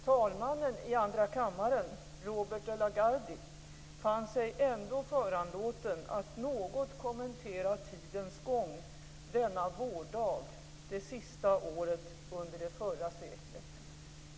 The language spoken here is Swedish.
Talmannen i andra kammaren - Robert de la Gardie - fann sig ändå föranlåten att något kommentera tidens gång, denna vårdag det sista året under det förra seklet.